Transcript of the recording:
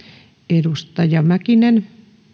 edustaja mäkinen